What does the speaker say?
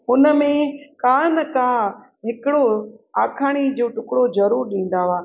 उनमें का न का हिकिड़ो आखाणी जो टुकिड़ो जेको जरूर ॾींदा हुआ